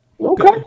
Okay